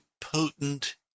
potent